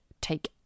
take